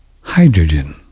hydrogen